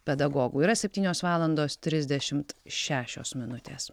pedagogų yra septynios valandos trisdešimt šešios minutės